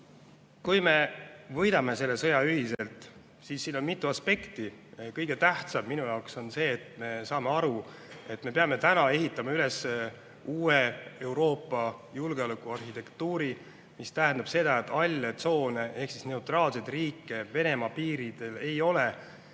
Kui me ühiselt selle sõja võidame, siis siin on mitu aspekti. Kõige tähtsam minu arvates on see, et me saame aru, et me peame täna ehitama üles uue Euroopa julgeolekuarhitektuuri, mis tähendab seda, et halle tsoone ehk neutraalseid riike Venemaa piiridel ei ole.